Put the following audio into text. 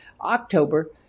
October